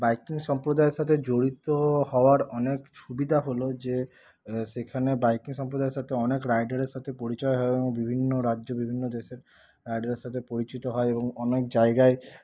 biking সম্প্রদায়ের সাথে জড়িত হওয়ার অনেক সুবিধা হল যে সেখানে বাইকিং সম্প্রদায়ের সাথে অনেক রাইডারের সাথে পরিচয় হয় ও বিভিন্ন রাজ্য বিভিন্ন দেশের রাইডারের সাথে পরিচিত হয় এবং অনেক জায়গায়